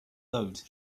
load